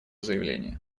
заявление